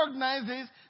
recognizes